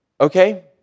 Okay